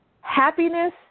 happiness